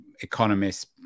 economists